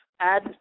Add